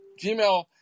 Gmail